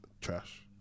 Trash